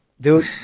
Dude